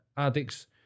addicts